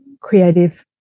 creative